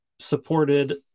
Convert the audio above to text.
supported